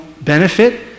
benefit